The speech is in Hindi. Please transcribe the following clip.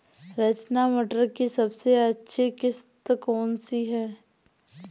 रचना मटर की सबसे अच्छी किश्त कौन सी है?